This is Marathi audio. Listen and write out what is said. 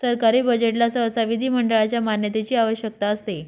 सरकारी बजेटला सहसा विधिमंडळाच्या मान्यतेची आवश्यकता असते